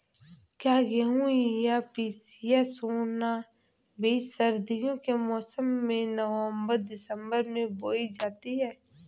क्या गेहूँ या पिसिया सोना बीज सर्दियों के मौसम में नवम्बर दिसम्बर में बोई जाती है?